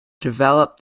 develop